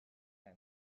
cent